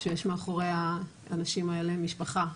שיש מאחורי האנשים האלה משפחה.